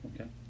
Okay